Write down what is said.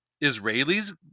Israeli's